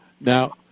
Now